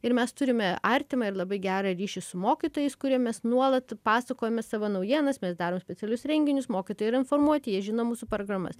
ir mes turime artimą ir labai gerą ryšį su mokytojais kuriem mes nuolat pasakojame savo naujienas mes darom specialius renginius mokytojai yra informuoti jie žino mūsų programas